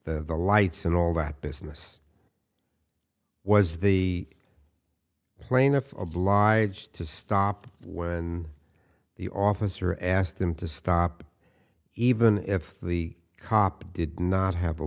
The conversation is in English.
the lights and all that business was the plaintiff obliged to stop when the officer asked him to stop even if the cop did not have